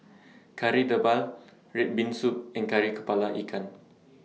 Kari Debal Red Bean Soup and Kari Kepala Ikan